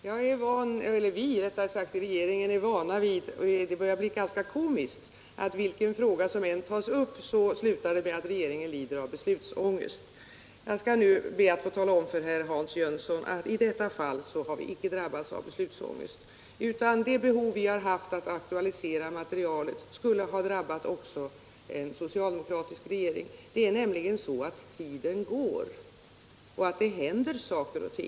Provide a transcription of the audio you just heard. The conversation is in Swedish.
Herr talman! Vi i regeringen är vana vid — och det här börjar bli ganska komiskt — att oavsett vilken fråga som tas upp få höra att regeringen lider av beslutsångest. Jag skall nu be att få tala om för herr Hans Jönsson att i detta fall har vi icke drabbats av beslutsångest. Det behov vi haft att aktualisera materialet skulle också ha drabbat en socialdemokratisk regering. Det är nämligen så att tiden går och det händer saker och ting.